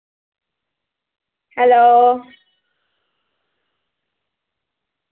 hello